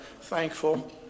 Thankful